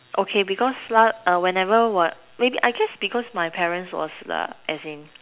okay because last whenever when maybe I guess because my parents was as in